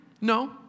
No